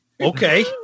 Okay